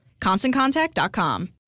ConstantContact.com